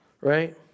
right